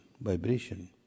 vibration